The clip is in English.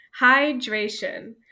hydration